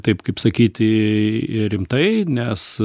taip kaip sakyti ir rimtai nes